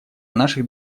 наших